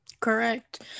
correct